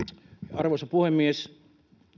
arvoisa puhemies